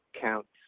counts